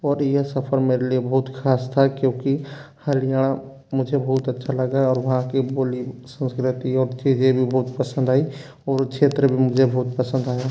और ये सफर मेरे लिए बहुत खास था क्योंकि हरियाणा मुझे बहुत अच्छा लगा और वहाँ की बोली संस्कृति और चीज़ें भी बहुत पसंद आई और क्षेत्र में मुझे बहुत पसंद आया